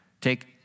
Take